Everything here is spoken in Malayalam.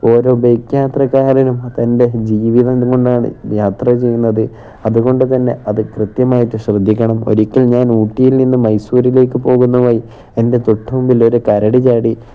ഓരോ ബൈക്ക് യാത്രക്കാരനും തൻ്റെ ജീവിതം കൊണ്ടാണു യാത്ര ചെയ്യുന്നത് അതുകൊണ്ടുതന്നെ അതു കൃത്യമായിട്ടു ശ്രദ്ധിക്കണം ഒരിക്കല് ഞാൻ ഊട്ടിയിൽനിന്ന് മൈസൂരിലേക്കു പോകുന്ന വഴി എൻ്റെ തൊട്ടുമുമ്പിലൊരു കരടി ചാടി